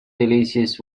delicious